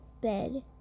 bed